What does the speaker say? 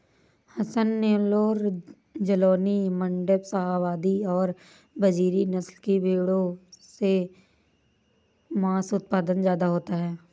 हसन, नैल्लोर, जालौनी, माण्ड्या, शाहवादी और बजीरी नस्ल की भेंड़ों से माँस उत्पादन ज्यादा होता है